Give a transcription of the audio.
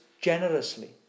generously